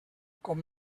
com